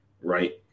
right